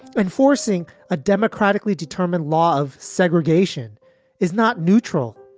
and forcing a democratically determined law of segregation is not neutral.